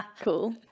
Cool